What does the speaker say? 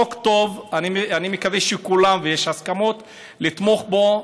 החוק טוב, אני מקווה שכולם, ויש הסכמות, יתמכו בו,